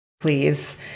please